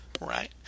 Right